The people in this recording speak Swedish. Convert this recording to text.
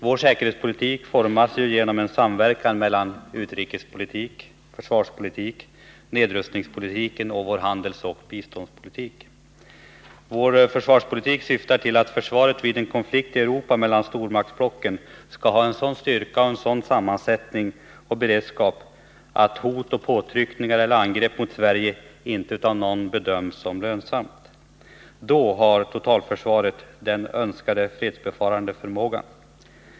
Vår säkerhetspolitik formas genom en samverkan mellan utrikespolitik, försvarspolitik, nedrustningspolitik och handelsoch biståndspolitik. Vår försvarspolitik syftar till att försvaret vid en konflikt i Europa mellan stormaktsblocken skall ha sådan styrka, sammansättning och beredskap att hot, påtryckningar eller angrepp mot Sverige inte av någon kan bedömas vara lönsamma. Då har totalförsvaret den önskade fredsbevarande förmågan.